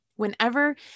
whenever